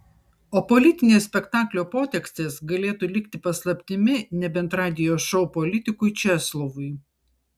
o politinės spektaklio potekstės galėtų likti paslaptimi nebent radijo šou politikui česlovui